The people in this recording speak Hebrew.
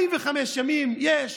45 ימים יש,